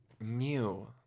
New